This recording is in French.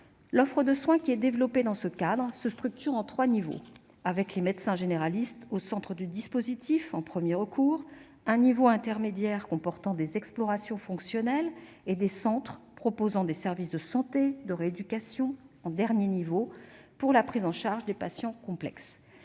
L'offre de soins développée dans ce cadre se structure en trois niveaux : les médecins généralistes au centre du dispositif en premier recours ; un niveau intermédiaire comportant des explorations fonctionnelles ; des centres proposant des services de santé et de rééducation en dernier niveau pour la prise en charge des patients complexes.